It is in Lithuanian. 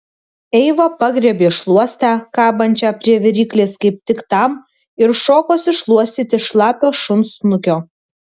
eiva pagriebė šluostę kabančią prie viryklės kaip tik tam ir šokosi šluostyti šlapio šuns snukio